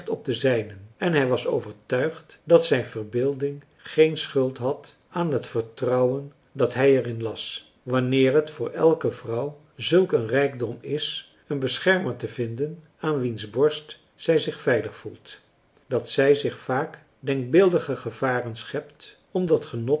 op de zijnen en hij was overtuigd dat zijn verbeelding geen schuld had aan het vertrouwen dat hij er in las wanneer het voor elke vrouw zulk een rijkdom is een beschermer te vinden aan wiens borst zij zich veilig voelt dat zij zich vaak denkbeeldige gevaren schept